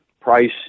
Price